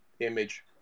image